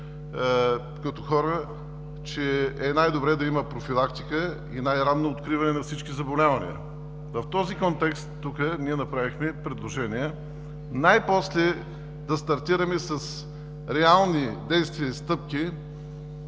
като лекар, че е най-добре да има профилактика и най-ранно откриване на всички заболявания. В този контекст тук направихме предложение най-после да стартираме с реални действия и стъпки